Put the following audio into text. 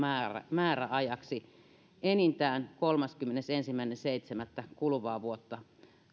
määräajaksi enintään kolmaskymmenesensimmäinen seitsemättä asti kuluvaa vuotta